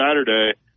Saturday